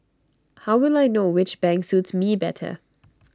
how will I know which bank suits me better